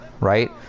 right